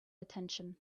attention